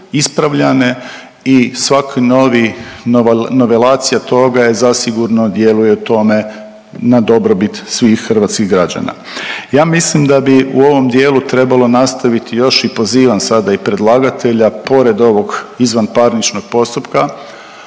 ispravljane i svaki novi novelacija toga je zasigurno djeluje tome na dobrobit svih hrvatskih građana. Ja mislim da bi u ovom dijelu trebalo nastaviti još, i pozivam sada i predlagatelja, pored ovog izvanparničnog postupka